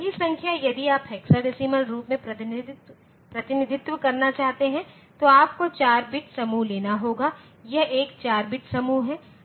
वही संख्या यदि आप हेक्साडेसिमल रूप में प्रतिनिधित्व करना चाहते हैं तो आपको 4 बिट समूह लेना होगा यह एक 4 बिट समूह है